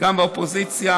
גם באופוזיציה: